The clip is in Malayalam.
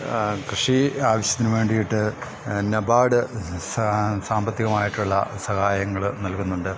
കൃഷി ആവശ്യത്തിന് വേണ്ടിട്ട് നെബാട് സാമ്പത്തികമായിട്ടുള്ള സഹായങ്ങൾ നൽകുന്നുണ്ട്